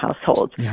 households